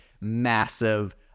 massive